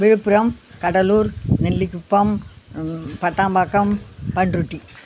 Villupuram Cuddalore Nellikuppam Pattambakkam Panruti